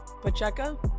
Pacheco